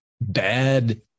bad